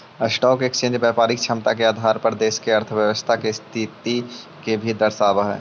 stock exchange व्यापारिक क्षमता के आधार पर देश के अर्थव्यवस्था के स्थिति के भी दर्शावऽ हई